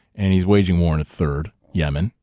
and he's waging war on a third, yemen.